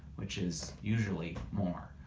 which is usually more.